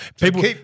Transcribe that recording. people